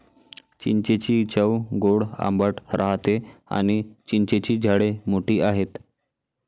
चिंचेची चव गोड आंबट राहते आणी चिंचेची झाडे मोठी आहेत